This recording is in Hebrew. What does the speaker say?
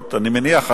2011,